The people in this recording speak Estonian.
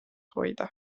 hoida